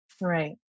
Right